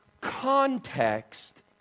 context